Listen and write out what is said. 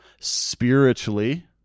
spiritually